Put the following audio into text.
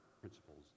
principles